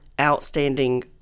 outstanding